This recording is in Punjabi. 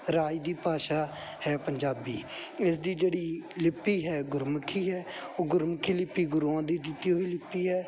ਰਾਜ ਦੀ ਭਾਸ਼ਾ ਹੈ ਪੰਜਾਬੀ ਇਸ ਦੀ ਜਿਹੜੀ ਲਿਪੀ ਹੈ ਗੁਰਮੁਖੀ ਹੈ ਉਹ ਗੁਰਮੁਖੀ ਲਿਪੀ ਗੁਰੂਆਂ ਦੀ ਦਿੱਤੀ ਹੋਈ ਲਿਪੀ ਹੈ